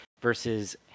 versus